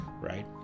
right